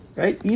right